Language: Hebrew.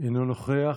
אינו נוכח.